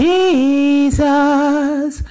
Jesus